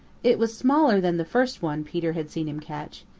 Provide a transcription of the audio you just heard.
it was smaller than the first one peter had seen him catch,